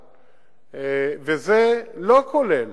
וזה לא כולל